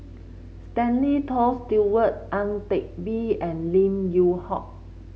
Stanley Toft Stewart Ang Teck Bee and Lim Yew Hock